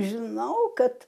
žinau kad